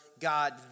God